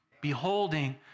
Beholding